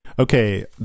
Okay